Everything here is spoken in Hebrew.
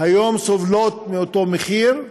היום סובלות מאותו מחיר,